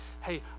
hey